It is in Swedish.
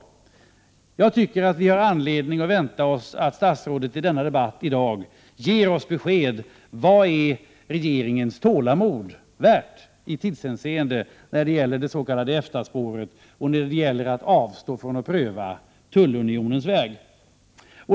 Vi har, tycker jag, anledning att vänta oss att statsrådet i dagens debatt ger besked om vad regeringens tålamod är värt i tidshänseende när det gäller det s.k. EFTA-spåret och att avstå från att pröva tullunionens väg.